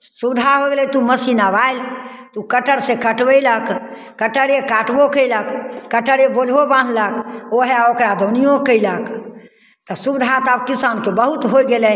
सुविधा होय गेलै तऽ ओ मशीन आब आयल तऽ ओ कटरसँ कटबयलक कटरे काटबो कयलक कटरे बोझो बान्हलक उएह ओकरा दौनिओ कयलक तऽ सुविधा तऽ आब किसानके बहुत होय गेलै